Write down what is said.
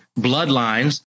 bloodlines